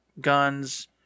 guns